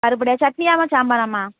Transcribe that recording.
பருப்பு வடையா சட்னியாம்மா சாம்பாராம்மா